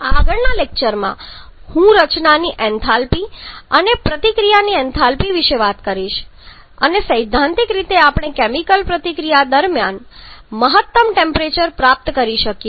આગળના લેક્ચરમાં હું રચનાની એન્થાલ્પી અને પ્રતિક્રિયાની એન્થાલ્પી વિશે વાત કરીશ અને સૈદ્ધાંતિક રીતે આપણે કેમિકલ પ્રતિક્રિયા પ્રક્રિયા દરમિયાન મહત્તમ ટેમ્પરેચર પ્રાપ્ત કરી શકીએ છીએ